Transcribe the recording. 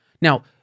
Now